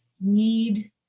need